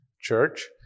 church